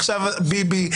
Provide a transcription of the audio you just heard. עכשיו ביבי.